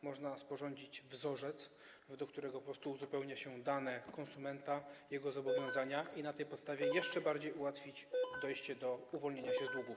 Można sporządzić wzorzec, w którym po prostu uzupełnia się dane konsumenta, jego zobowiązania, i na tej podstawie jeszcze bardziej ułatwić dojście do uwolnienia się z długów.